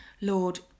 Lord